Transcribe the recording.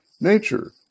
nature